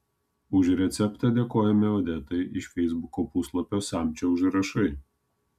už receptą dėkojame odetai iš feisbuko puslapio samčio užrašai